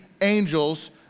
angels